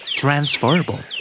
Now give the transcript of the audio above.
transferable